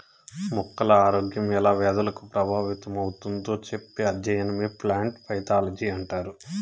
మొక్కల ఆరోగ్యం ఎలా వ్యాధులకు ప్రభావితమవుతుందో చెప్పే అధ్యయనమే ప్లాంట్ పైతాలజీ అంటారు